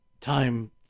time